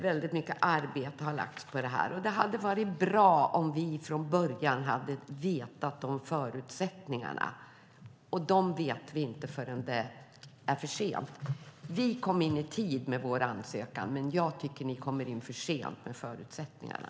Väldigt mycket arbete har lagts på det här, och det hade varit bra om vi från början hade vetat om förutsättningarna. De vet vi inte förrän nu när det är för sent. Vi kom in i tid med vår ansökan, men jag tycker att ni kommer in för sent med förutsättningarna.